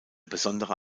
besondere